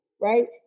right